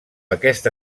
aquesta